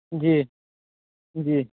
जी जी